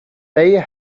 they